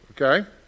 okay